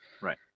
Right